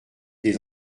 des